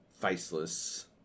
faceless